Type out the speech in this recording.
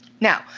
Now